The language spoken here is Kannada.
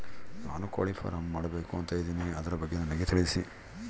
ನಾನು ಕೋಳಿ ಫಾರಂ ಮಾಡಬೇಕು ಅಂತ ಇದಿನಿ ಅದರ ಬಗ್ಗೆ ನನಗೆ ತಿಳಿಸಿ?